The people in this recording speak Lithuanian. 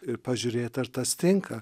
ir pažiūrėt ar tas tinka